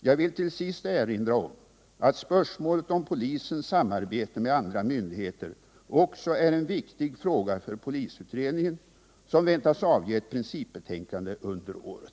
Jag vill till sist erinra om att spörsmålet om polisens samarbete med andra myndigheter också är en viktig fråga för polisutredningen, som väntas avge ett principbetänkande under året.